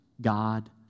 God